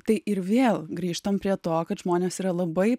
tai ir vėl grįžtam prie to kad žmonės yra labai